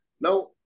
now